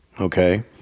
Okay